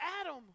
Adam